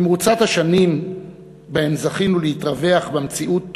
במרוצת השנים שבהן זכינו להתרווח במציאות